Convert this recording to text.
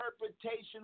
interpretation